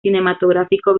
cinematográfico